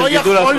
לא יכול להיות.